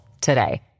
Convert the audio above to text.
today